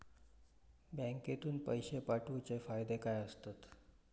बँकेतून पैशे पाठवूचे फायदे काय असतत?